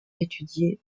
étudiées